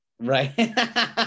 right